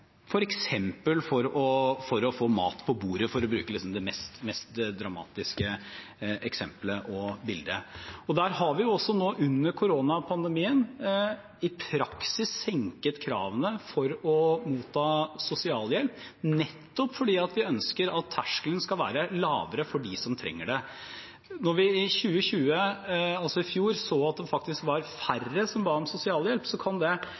for å få mat på bordet, for å bruke det mest dramatiske eksempelet og bildet. Vi har nå under koronapandemien i praksis senket kravene for å motta sosialhjelp, nettopp fordi vi ønsker at terskelen skal være lavere for dem som trenger det. Da vi i 2020, altså i fjor, så at det faktisk var færre som ba om sosialhjelp, kan det